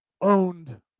owned